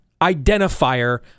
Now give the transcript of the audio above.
identifier